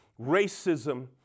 racism